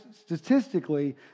statistically